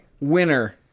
Winner